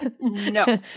No